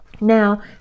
Now